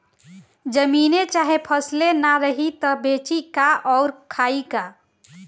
जमीने चाहे फसले ना रही त बेची का अउर खाई का